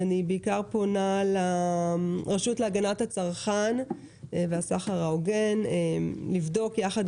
אני בעיקר פונה לרשות להגנת הצרכן והסחר ההוגן לבדוק יחד